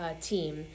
team